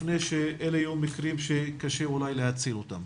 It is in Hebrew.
לפני שאלה יהיו מקרים שאולי יהיה קשה להציל אותם.